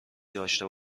داشته